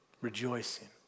rejoicing